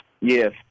Yes